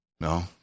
No